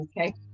okay